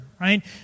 right